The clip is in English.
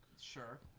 Sure